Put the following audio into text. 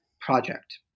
project